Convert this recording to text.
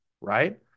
right